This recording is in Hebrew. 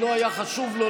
אם לא היה חשוב לו,